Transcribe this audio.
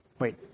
wait